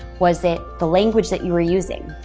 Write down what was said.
was it the language that you were using?